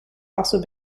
also